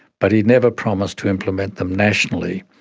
but he never promised to implement them nationally.